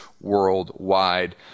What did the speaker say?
worldwide